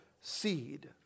seed